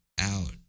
out